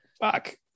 fuck